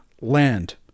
land